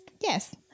yes